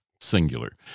singular